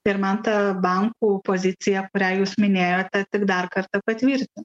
ir man ta bankų pozicija kurią jūs minėjote tik dar kartą patvirtina